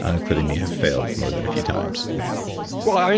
ah including me, have failed more than a few times well,